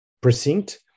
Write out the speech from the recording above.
precinct